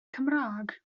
cymraeg